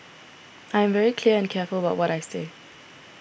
I am very clear and careful about what I say